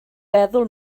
feddwl